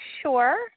sure